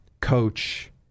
coach